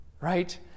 Right